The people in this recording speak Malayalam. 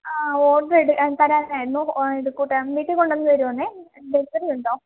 ആ ഓർഡറ് തരാനായിരുന്നു ഇത് കൂട്ട് വീട്ടിൽ കൊണ്ട് വന്ന് തരുവായിരുന്നെ ഡെലിവറിയുണ്ടോ